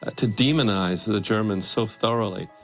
ah to demonise the germans so thoroughly.